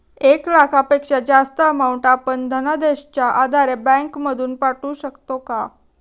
एक लाखापेक्षा जास्तची अमाउंट आपण धनादेशच्या आधारे बँक मधून पाठवू शकतो का?